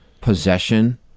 Possession